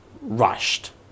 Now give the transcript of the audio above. rushed